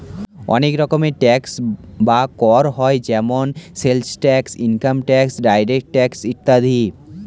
অনেক রকম ট্যাক্স বা কর হয় যেমন sales tax, income tax, direct tax ইত্যাদি